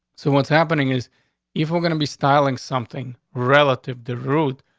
so what's happening is if we're gonna be styling something relative, the route,